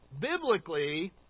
Biblically